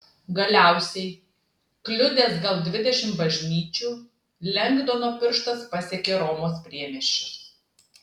galiausiai kliudęs gal dvidešimt bažnyčių lengdono pirštas pasiekė romos priemiesčius